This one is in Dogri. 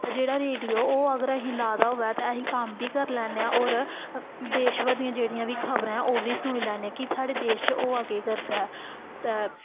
ते जेह्ड़ा रेडियो ऐ ओह् अगर असें लाए दा होऐ ते असीं कम्म बी करी लैन्ने आं होर देशभर दियां जेह्ड़ियां बी खबरां ऐं ओह् बी सुनी लैन्ने आं कि साढ़े देश च होआ केह् करदा ऐ ते